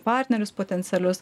partnerius potencialius